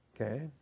Okay